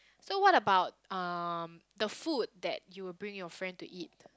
so what about um the food that you'll bring your friend to eat